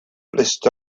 list